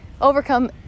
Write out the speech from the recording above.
overcome